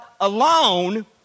alone